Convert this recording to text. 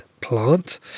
plant